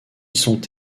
sont